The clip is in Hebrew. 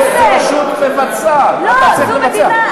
זה רשות מבצעת, אתה צריך לבצע.